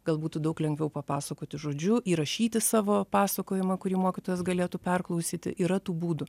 gal būtų daug lengviau papasakoti žodžiu įrašyti savo pasakojimą kurį mokytojas galėtų perklausyti yra tų būdų